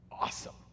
Awesome